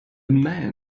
man